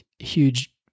huge